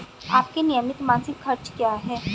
आपके नियमित मासिक खर्च क्या हैं?